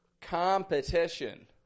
Competition